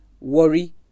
Worry